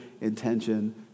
intention